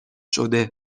شده